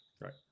Right